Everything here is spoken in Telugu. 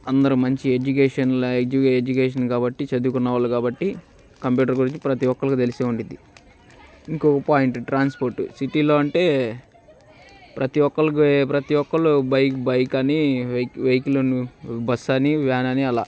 అందరూ మంచి ఎడ్యుకేషన్ ఎడ్యు ఎడ్యుకేషన్ కాబట్టి చదువుకున్న వాళ్ళు కాబట్టి కంప్యూటర్ గురించి ప్రతి ఒక్కళ్ళకి తెలిసి ఉండిద్ధి ఇంకొక పాయింట్ ట్రాన్స్పోర్ట్ సిటీలో అంటే ప్రతి ఒక్కరికి ప్రతి ఒక్కరు బైక్ బైక్ అని వె వెహికల్ బస్సు అని వ్యాన్ అని అలా